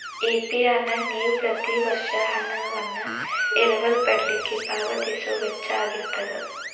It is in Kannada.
ಎ.ಪಿ.ಆರ್ ನ ನೇವ ಪ್ರತಿ ವರ್ಷ ಹಣವನ್ನ ಎರವಲ ಪಡಿಲಿಕ್ಕೆ ಪಾವತಿಸೊ ವೆಚ್ಚಾಅಗಿರ್ತದ